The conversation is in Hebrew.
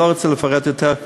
אבל אני לא רוצה לפרט יותר.